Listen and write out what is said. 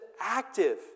active